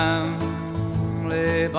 Family